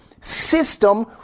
system